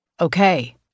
Okay